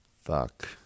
Fuck